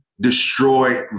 destroy